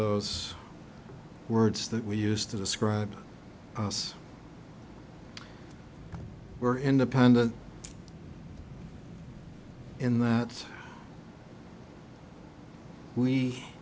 those words that we used to describe us were independent in that we